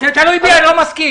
אם זה תלוי בי אני לא מסכים.